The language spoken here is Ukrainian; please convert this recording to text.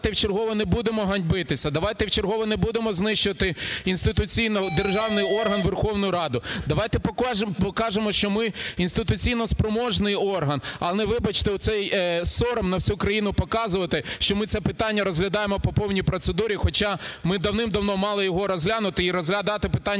показувати, що ми це питання розглядаємо по повній процедурі. Хоча ми давним-давно мали його розглянути і розглядати питання